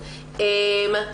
מאוד.